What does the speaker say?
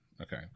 Okay